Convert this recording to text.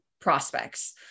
prospects